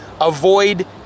Avoid